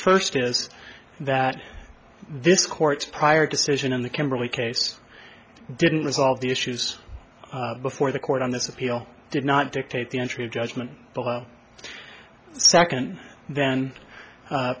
first is that this court's prior decision in the kimberley case didn't resolve the issues before the court on this appeal did not dictate the entry of judgment second then